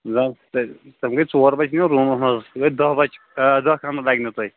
نہٕ حظ تتہِ تتہِ گٔے ژور بچہٕ یِنۍ روٗمس منٛز گٔے داہ بچہٕ داہ کمرٕ لگنو تۄہہِ